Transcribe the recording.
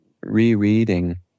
rereading